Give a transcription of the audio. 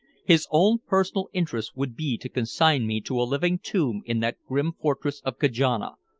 his own personal interest would be to consign me to a living tomb in that grim fortress of kajana,